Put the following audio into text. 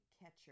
catcher